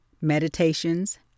meditations